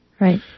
Right